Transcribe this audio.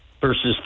versus